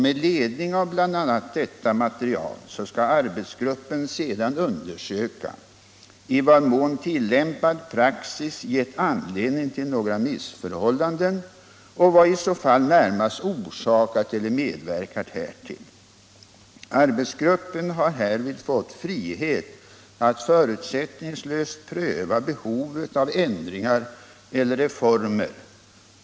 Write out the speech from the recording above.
Med ledning av bl.a. detta material skall arbetsgruppen sedan undersöka i vad mån tillämpad praxis gett anledning till några missförhållanden och vad som i så fall närmast orsakat detta eller medverkat härtill. Arbetsgruppen har härvid fått frihet att förutsättningslöst pröva behovet av ändringar eller reformer.